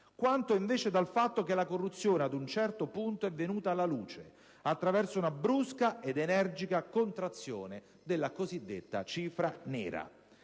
quanto invece dal fatto che la corruzione ad un certo punto è venuta alla luce, attraverso una brusca ed energica contrazione della cosiddetta cifra nera.